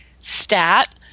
Stat